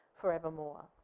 forevermore